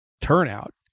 turnout